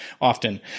often